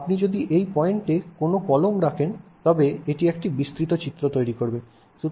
আপনি যদি এই পয়েন্টে কোনও কলম রাখেন তবে এটি একটি বিস্তৃত চিত্র তৈরি করবে